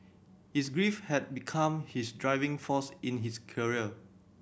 his grief had become his driving force in his career